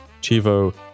Chivo